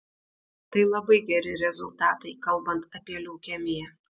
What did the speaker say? tai labai geri rezultatai kalbant apie leukemiją